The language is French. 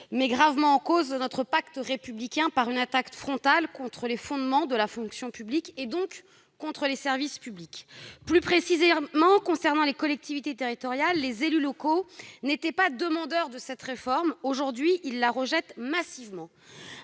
met gravement en cause notre pacte républicain par une attaque frontale contre les fondements de la fonction publique, donc contre les services publics. Plus précisément, à l'échelon des collectivités territoriales, les élus locaux n'étaient pas demandeurs de cette réforme. Aujourd'hui, ils la rejettent massivement.